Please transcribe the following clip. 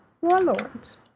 warlords